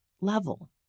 level